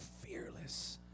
fearless